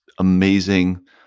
amazing